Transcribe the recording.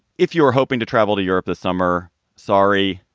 if you are hoping to travel to europe this summer sorry,